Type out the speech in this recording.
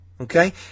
Okay